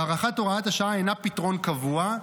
הארכת הוראת השעה אינה פתרון קבוע,